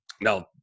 Now